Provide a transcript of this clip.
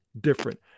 different